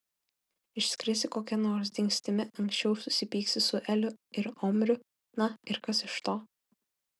išskrisi kokia nors dingstimi anksčiau susipyksi su eliu ir omriu na ir kas iš to